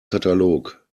katalog